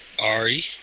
Ari